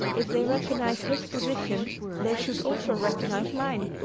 if they recognize his position they should also recognize mine.